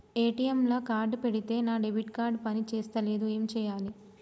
ATM లా card పెడితే నా డెబిట్ కార్డ్ పని చేస్తలేదు ఏం చేయాలే?